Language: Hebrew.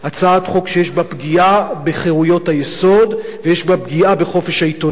הצעת חוק שיש בה פגיעה בחירויות היסוד ויש בה פגיעה בחופש העיתונות.